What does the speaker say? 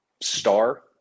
star